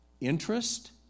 interest